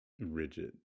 rigid